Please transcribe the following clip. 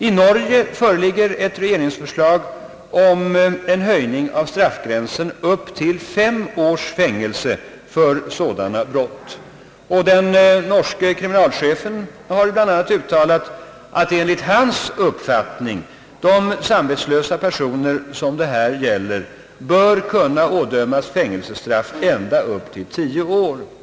I Norge föreligger ett regeringsförslag om en höjning av straffgränsen upp till fem års fängelse för sådana brott, och den norske kriminalchefen har bl.a. uttalat att enligt hans uppfattning de samvetslösa personer som det här gäller bör kunna ådömas fängelsestraff ända upp till tio år.